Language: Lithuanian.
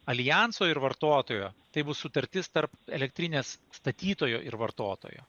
aljanso ir vartotojo tai bus sutartis tarp elektrinės statytojo ir vartotojo